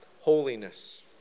holiness